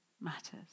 matters